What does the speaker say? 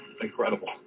Incredible